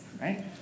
right